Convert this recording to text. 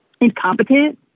incompetent